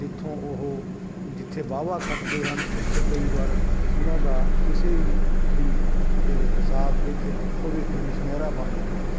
ਜਿੱਥੋਂ ਉਹ ਜਿੱਥੇ ਵਾਹਵਾ ਖੱਟਦੇ ਹਨ ਉੱਥੇ ਕਈ ਵਾਰ ਉਹਨਾਂ ਦਾ ਇਸੇ ਹੀ ਹੀ ਹਿਸਾਬ ਵਿੱਚ ਭਵਿੱਖ ਵੀ ਸੁਨਹਿਰਾ ਬਣ ਜਾਂਦਾ ਹੈ